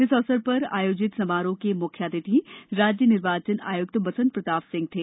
इस अवसर पर आयोजित समारोह के म्ख्य अतिथि राज्य निर्वाचन आय्क्त बसंत प्रताप सिंह थे